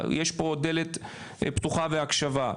והקליטה, יש פה דלת פתוחה והקשבה.